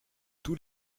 tous